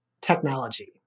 technology